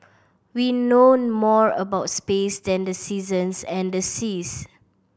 we know more about space than the seasons and the seas